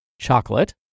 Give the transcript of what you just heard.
chocolate